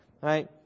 right